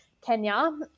Kenya